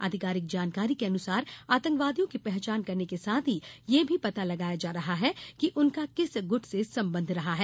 आधिकारिक जानकारी के अनुसार आतंकवादियों की पहचान करने के साथ ही यह भी पता लगाया जा रहा है कि उनका किस गुट से संबंध रहा है